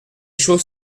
choses